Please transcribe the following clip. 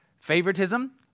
favoritism